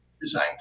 design